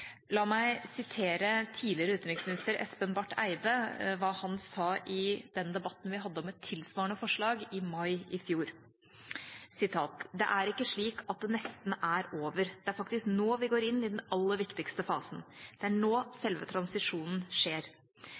La meg sitere hva tidligere utenriksminister Espen Barth Eide sa i den debatten vi hadde om et tilsvarende forslag i mai i fjor: «Det er ikke slik at det nesten er over, det er faktisk nå vi går over i den aller viktigste fasen. Det er nå selve transisjonen skjer.